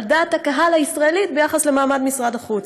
דעת הקהל הישראלית ביחס למעמד משרד החוץ.